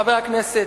חבר הכנסת,